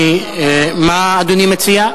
מה אדוני מציע?